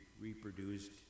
reproduced